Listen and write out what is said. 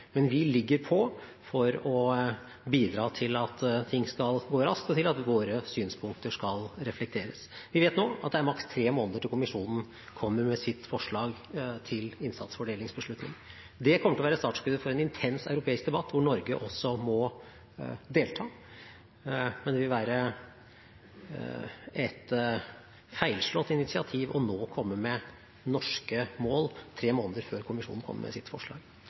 men vi ligger frampå for å bidra til at ting skal gå raskt, og til at våre synspunkter skal reflekteres. Vi vet nå at det er maks tre måneder til kommisjonen kommer med sitt forslag til innsatsfordelingsbeslutning. Det kommer til å være startskuddet for en intens europeisk debatt, hvor Norge også må delta. Det vil være et feilslått initiativ å komme med norske mål nå tre måneder før kommisjonen kommer med sitt forslag.